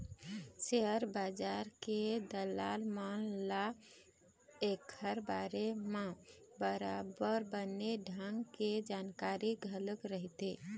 share बजार के दलाल मन ल ऐखर बारे म बरोबर बने ढंग के जानकारी घलोक रहिथे